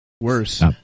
Worse